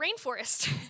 rainforest